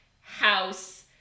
House